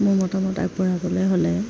মোৰ মতামত আগবঢ়াবলৈ হ'লে